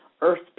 earth